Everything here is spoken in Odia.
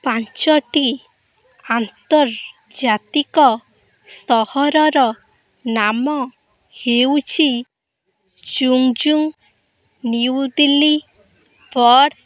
ପାଞ୍ଚଟି ଆନ୍ତର୍ଜାତିକ ସହରର ନାମ ହେଉଛି ଚୁମ୍ଚୁମ୍ ନ୍ୟୁ ଦିଲ୍ଲୀ ପର୍ଥ